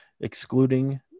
excluding